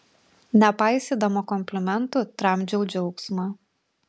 nepaisydama komplimentų tramdžiau džiaugsmą